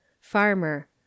farmer